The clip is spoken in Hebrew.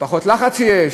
פחות לחץ יש?